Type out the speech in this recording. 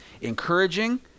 encouraging